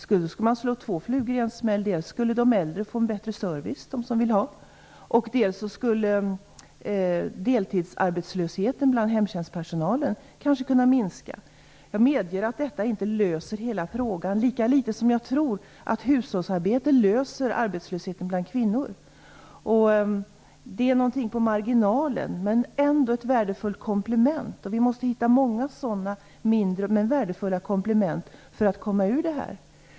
Då skulle man slå två flugor i en smäll: dels skulle de som ville få en bättre service, dels skulle deltidsarbetslösheten bland hemtjänstpersonalen kanske kunna minska. Jag medger att detta inte löser hela problemet, lika litet som jag tror att hushållsarbete löser problemet med arbetslöshet bland kvinnor. Detta är någonting marginellt, men ändå ett värdefullt komplement, och vi måste hitta många sådana mindre men värdefulla komplement för att komma ur det här.